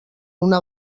una